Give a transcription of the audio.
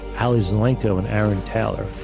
ali zelenko, and aaron taylor,